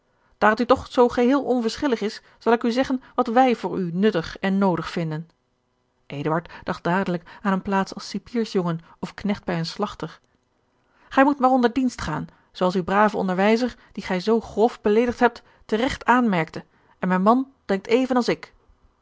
daar het u toch zoo geheel onverschillig is zal ik u zeggen wat wij voor u nuttig en noodig vinden eduard dacht dadelijk aan eene plaats als cipiersjongen of knecht bij een slagter gij moet maar onder dienst gaan zoo als uw brave onderwijzer dien gij zoo grof beleedigd hebt teregt aanmerkte en mijn man denkt even als ik